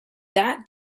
that